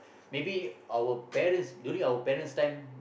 maybe our parents during our parents time